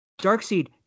Darkseed